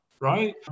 right